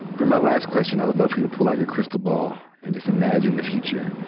for my last question i would love for you to pull out your crystal ball and just imagine the future.